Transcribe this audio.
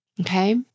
Okay